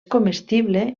comestible